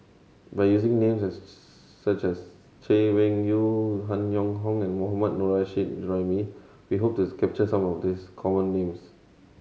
by using names such as Chay Weng Yew Han Yong Hong and Mohammad Nurrasyid Juraimi we hope to capture some of these common names